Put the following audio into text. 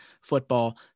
football